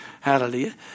hallelujah